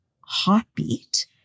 heartbeat